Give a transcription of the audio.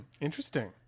interesting